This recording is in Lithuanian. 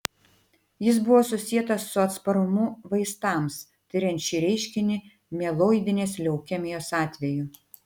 jis buvo susietas su atsparumu vaistams tiriant šį reiškinį mieloidinės leukemijos atveju